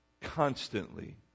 constantly